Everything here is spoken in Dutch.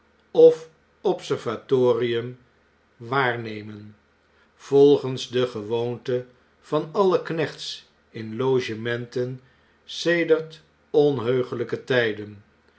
of observatorium waarnemen volgens de gewoonte van alle knechts inlogementen sedert onheuglijke tijden